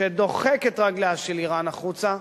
שדוחק את רגליה של אירן החוצה,